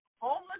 homeless